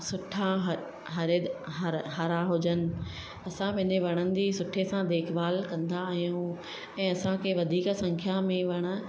सुठा हर हरीद हर हर हरा हुजनि असां पंहिंजे वणनि जी सुठे सां देखभालु कंदा आहियूं ऐं असांखे वधीक संख्या में वण